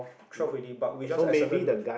twelve already but we just have certain